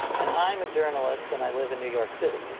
and i'm a journalist and i live in new york city.